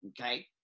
okay